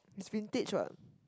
it's vintage what